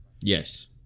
Yes